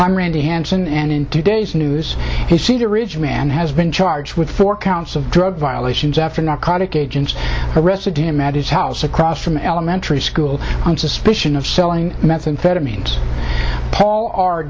i'm randy hanson and in today's news he cedar ridge man has been charged with four counts of drug violations after narcotic agents arrested him at his house across from an elementary school on suspicion of selling methamphetamines paul